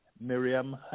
Miriam